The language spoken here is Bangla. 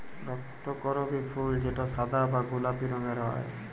রক্তকরবী ফুল যেটা সাদা বা গোলাপি রঙের হ্যয়